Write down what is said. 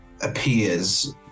appears